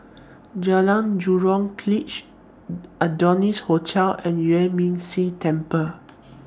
Jalan Jurong Adonis Hotel and Yuan Ming Si Temple